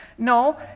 No